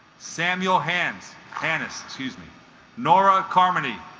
samuel hands panas excuse me nora carmody